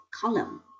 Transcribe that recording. column